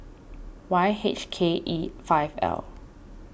Y H K E five L